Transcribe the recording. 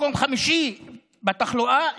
מקום חמישי בתחלואה,